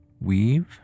weave